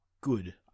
good